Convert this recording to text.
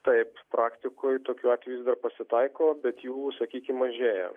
taip praktikoj tokių atvejų pasitaiko bet jų sakykim mažėja